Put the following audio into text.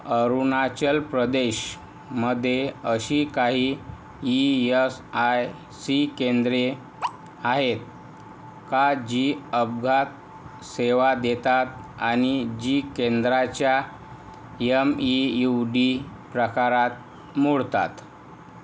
अरुणाचल प्रदेशमध्ये अशी काही ई एस आय सी केंद्रे आहेत का जी अपघात सेवा देतात आणि जी केंद्रांच्या एम ई यू डी प्रकारात मोडतात